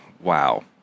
Wow